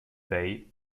bay